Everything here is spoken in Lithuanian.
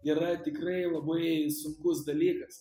yra tikrai labai sunkus dalykas